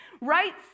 right